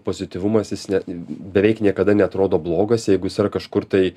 pozityvumas jis ne beveik niekada neatrodo blogas jeigu jis yra kažkur tai